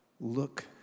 Look